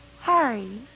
Harry